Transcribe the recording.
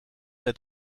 der